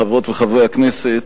חברות וחברי הכנסת,